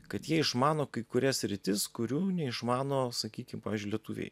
kad jie išmano kai kurias sritis kurių neišmano sakykim pavyzdžiui lietuviai